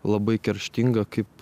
labai kerštinga kaip